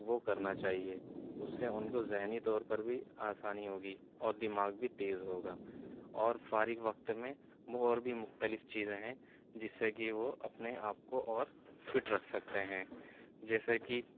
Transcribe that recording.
وہ کرنا چاہیے اس سے ان کو ذہنی طور پر بھی آسانی ہوگی اور دماغ بھی تیز ہوگا اور فارغ وقت میں اور بھی مختلف چیزیں ہیں جس سے کہ وہ اپنے آپ کو اور فٹ رکھ سکتے ہیں جیسے کہ